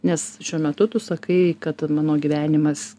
nes šiuo metu tu sakai kad mano gyvenimas